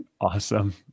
Awesome